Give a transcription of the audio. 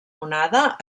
onada